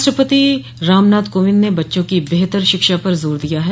राष्ट्रप्रति रामनाथ कोविंद ने बच्चों की बेहतर शिक्षा पर जोर दिया है